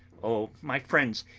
oh, my friends,